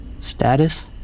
Status